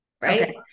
Right